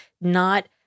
not-